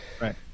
Right